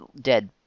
dead